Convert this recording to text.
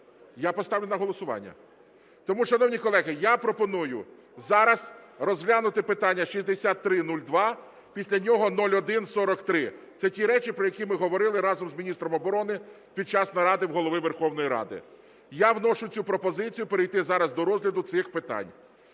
Я поставлю на голосування. Тому, шановні колеги, я пропоную зараз розглянути питання 6302, після нього 0143. Це ті речі, про які ми говорили разом з міністром оборони під час наради в Голови Верховної Ради. Я вношу цю пропозицію перейти зараз до розгляду цих питань.